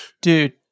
Dude